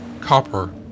copper